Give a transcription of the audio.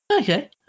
Okay